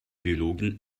biologin